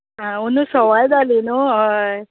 अंदू सवाय जाली न्हू हय